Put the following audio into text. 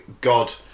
God